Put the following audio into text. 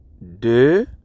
de